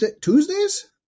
Tuesdays